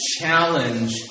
challenge